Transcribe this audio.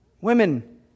women